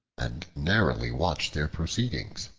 and narrowly watched their proceedings.